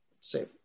say